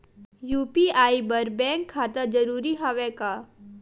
UPI बर bank खाता जरूरी हवय का?